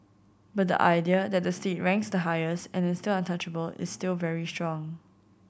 but the idea that the state ranks the highest and is untouchable is still very strong